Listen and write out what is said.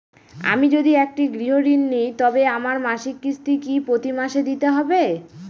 আমি যদি একটি গৃহঋণ নিই তবে আমার মাসিক কিস্তি কি প্রতি মাসে দিতে হবে?